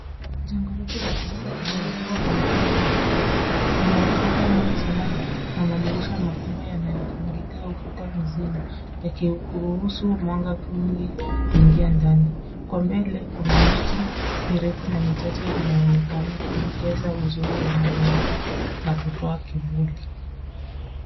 Jengo refu la kisasa limejengwa kwa mtindo wa kipekee. Lina ghorofa nyingi sana na madirisha makubwa yanayopangilio kubwa mzima yenye kuruhusu mwanga mwingi kuingia ndani. Kwa mbele kuna miti mirefu na michache inayoonekana kuongeza uzuri wa mazingira na kutoa kivuli.